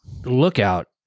lookout